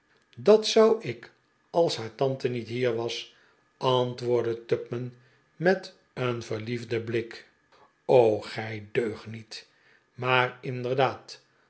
dat zou ik als haar tante niet hier was antwoordde tupman met een verliefden blik c gij deugniet maar inderdaad